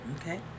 okay